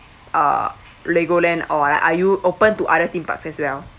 uh legoland or like are you open to other theme parks as well